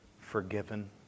forgiven